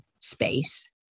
space